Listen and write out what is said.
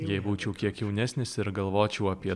jei būčiau kiek jaunesnis ir galvočiau apie